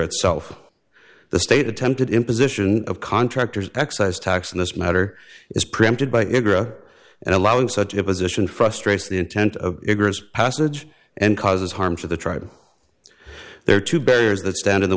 itself the state attempted imposition of contractors excise tax in this matter is preempted by indra and allowing such a position frustrates the intent of egress passage and causes harm to the tribe there are two barriers that stand in the